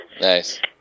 Nice